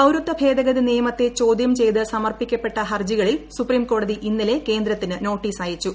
പൌരത്വ ഭേദഗതി നിയമത്തെ ചോദ്യം ചെയ്ത് സമർപ്പിക്കപ്പെട്ട ഹർജികളിൽ സുപ്രീംകോടതി ഇന്നലെ കേന്ദ്രത്തിന് നോട്ടീസ് അയച്ചു